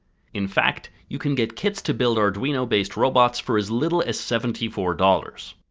in fact, you can get kits to build arduino based robots for as little as seventy four dollars.